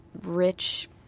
rich